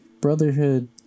Brotherhood